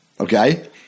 Okay